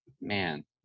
man